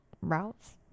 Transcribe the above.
routes